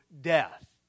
death